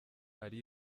ari